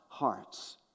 hearts